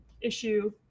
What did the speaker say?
issue